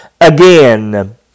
again